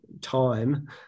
time